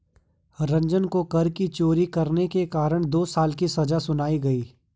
रंजन को कर की चोरी करने के कारण दो साल की सजा सुनाई गई